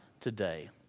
today